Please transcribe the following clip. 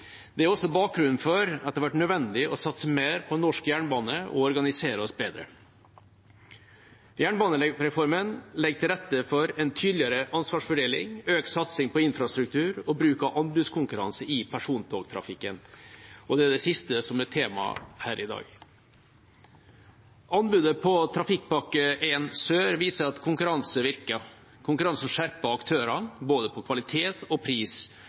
Det er også bakgrunnen for at det har vært nødvendig å satse mer på norsk jernbane og organisere oss bedre. Jernbanereformen legger til rette for en tydeligere ansvarsfordeling, økt satsing på infrastruktur og bruk av anbudskonkurranse i persontogtrafikken. Det er det siste som er temaet her i dag. Anbudet på Trafikkpakke 1 Sør viser at konkurranse virker. Konkurranse skjerper aktørene når det gjelder både kvalitet og pris,